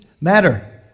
matter